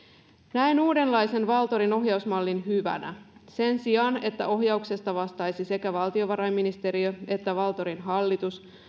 näen uudenlaisen valtorin ohjausmallin hyvänä sen sijaan että ohjauksesta vastaisi sekä valtiovarainministeriö että valtorin hallitus